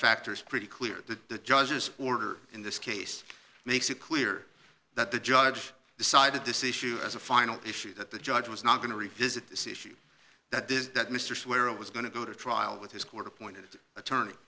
factors pretty clear to the judge's order in this case makes it clear that the judge decided this issue as a final issue that the judge was not going to revisit this issue that does that mr swear it was going to go to trial with his court appointed attorney